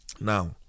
Now